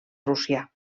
rússia